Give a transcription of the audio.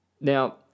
Now